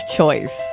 Choice